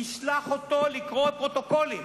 תשלח אותו לקרוא פרוטוקולים,